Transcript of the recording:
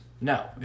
No